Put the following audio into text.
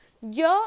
Yo